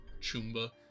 Chumba